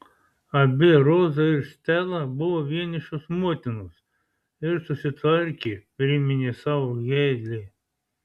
abi roza ir stela buvo vienišos motinos ir susitvarkė priminė sau heile